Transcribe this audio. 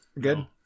good